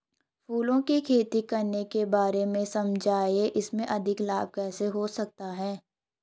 फूलों की खेती करने के बारे में समझाइये इसमें अधिक लाभ कैसे हो सकता है?